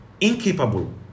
incapable